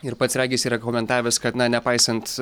ir pats regis yra komentavęs kad nepaisant